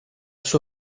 suo